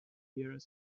hear